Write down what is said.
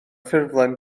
ffurflen